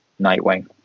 Nightwing